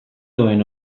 duen